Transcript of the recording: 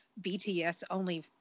BTS-only